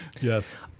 Yes